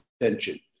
attention